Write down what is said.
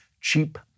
cheap